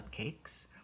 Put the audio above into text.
cupcakes